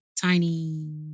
Tiny